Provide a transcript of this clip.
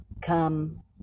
come